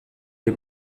les